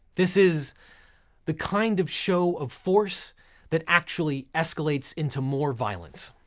this is the kind of show of force that actually escalates into more violence,